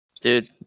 Dude